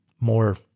more